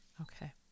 okay